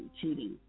cheating